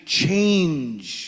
change